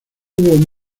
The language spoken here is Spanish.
hubo